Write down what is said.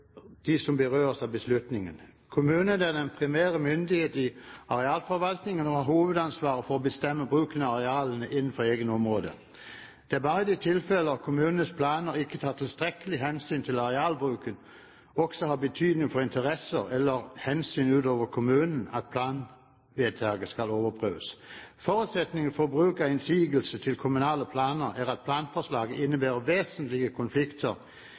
som berøres av beslutningene. Kommunen er den primære myndigheten i arealforvaltningen, og har hovedansvaret for å bestemme bruken av arealene innenfor eget område. Det er bare i de tilfeller kommunenes planer ikke tar tilstrekkelig hensyn til at arealbruken også har betydning for interesser eller hensyn utover kommunen, at planvedtak kan overprøves. Forutsetningen for bruk av innsigelse til kommunale planer er at planforslaget innebærer vesentlige konflikter